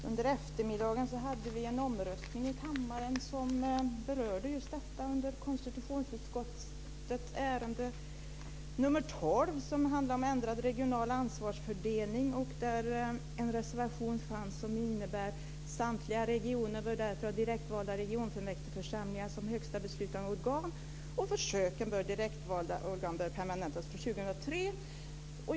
Under eftermiddagen hade vi en omröstning i kammaren som berörde just detta i samband med konstitutionsutskottets betänkande 12, som handlade om ändrad regional ansvarsfördelning. Där fanns en reservation där det stod: "Samtliga regioner bör därför ha direktvalda regionfullmäktigeförsamlingar som högsta beslutande organ och försöken med direktvalda regionorgan bör permanentas från 2003."